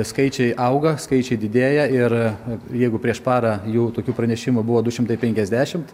skaičiai auga skaičiai didėja ir jeigu prieš parą jų tokių pranešimų buvo du šimtai penkiasdešimt